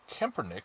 Kempernick